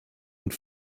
und